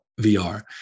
VR